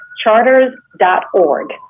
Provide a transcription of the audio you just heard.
charters.org